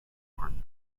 fort